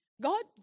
God